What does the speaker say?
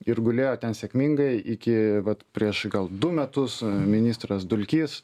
ir gulėjo ten sėkmingai iki vat prieš gal du metus ministras dulkys